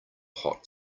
hot